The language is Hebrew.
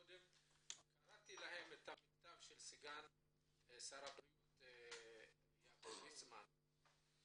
הקראתי לכם את המכתב של סגן שר הבריאות מר יעקב ליצמן,